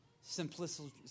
simplicity